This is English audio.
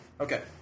Okay